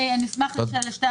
אני אשמח לשתי התשובות.